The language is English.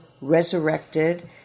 resurrected